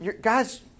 Guys